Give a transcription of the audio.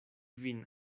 vin